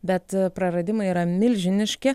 bet praradimai yra milžiniški